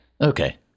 Okay